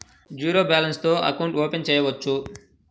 Zero balance తో account open చేయవచ్చు?